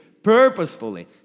purposefully